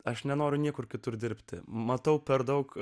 aš nenoriu niekur kitur dirbti matau per daug